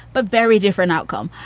but very different outcome.